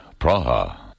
Praha